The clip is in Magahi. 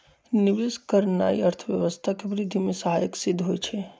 निवेश करनाइ अर्थव्यवस्था के वृद्धि में सहायक सिद्ध होइ छइ